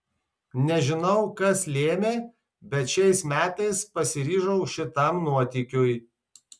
nežinau kas lėmė bet šiais metais pasiryžau šitam nuotykiui